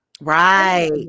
Right